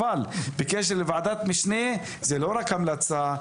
אבל בקשר לוועדת משנה זו לא רק המלצה,